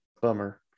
Bummer